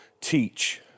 teach